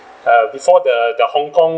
uh before the the hong kong